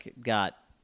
got